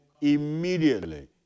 immediately